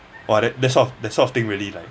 !wah! that sort that sort of thing really like